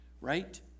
Right